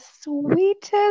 sweetest